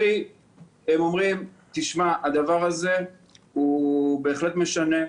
הם אומרים שהדבר הזה בהחלט משנה,